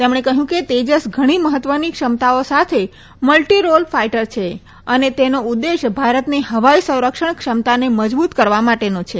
તેમણે કહયું કે તેજસ ઘણી મહત્વની ક્ષમતાઓ સાથે મલ્ટી રોલ ફાઈટર છે અને તેનો ઉદેશ ભારતની હવાઈ સરંક્ષણ ક્ષમતાને મજબુત કરવા માટે છે